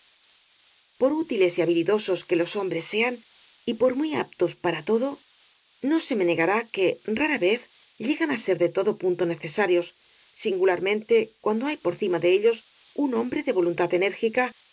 por útiles y habilidosos que los hombres sean y por muy aptos para todo no se me negará que rara vez llegan á ser de todo punto necesarios singularmente cuando hay por cima de ellos un hombre de voluntad enérgica